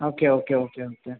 okay okay okay okay